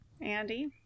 andy